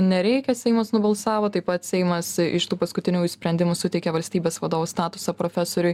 nereikia seimas nubalsavo taip pat seimas iš tų paskutiniųjų sprendimų suteikė valstybės vadovo statusą profesoriui